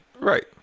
Right